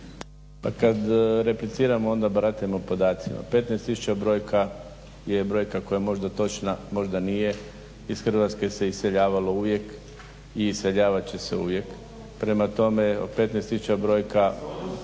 kad repliciramo onda baratajmo podacima. 15 tisuća brojka, je brojka koja je možda točna, možda nije. Iz Hrvatske se iseljavalo uvijek i iseljavat će se uvijek. Prema tome, 15 tisuća brojka